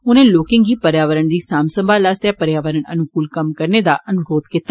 उनें लोकें गी पर्यावरण दी सांम संभाल आस्तै पर्यावरण अनुकूल कम्म करने दा अनुरोध कीता